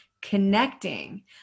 connecting